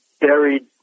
buried